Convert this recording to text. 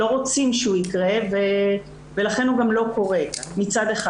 לא רוצים שהוא יקרה ולכן הוא גם לא קורה מצד אחד.